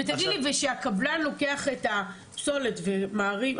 ותגיד לי ושהקבלן לוקח את הפסולת ומערים,